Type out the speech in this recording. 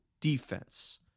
defense